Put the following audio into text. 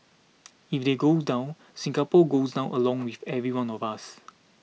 if they go down Singapore goes down along with every one of us